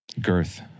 girth